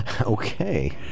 Okay